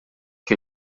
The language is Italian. che